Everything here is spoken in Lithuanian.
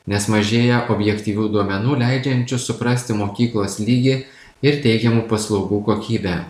nes mažėja objektyvių duomenų leidžiančių suprasti mokyklos lygį ir teikiamų paslaugų kokybę